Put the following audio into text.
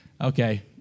Okay